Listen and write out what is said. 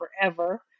forever